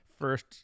first